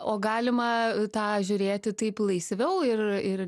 o galima tą žiūrėti taip laisviau ir ir